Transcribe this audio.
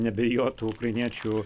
nebijot tų ukrainiečių